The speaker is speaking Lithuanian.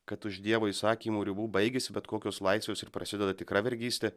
kad už dievo įsakymų ribų baigiasi bet kokios laisvės ir prasideda tikra vergystė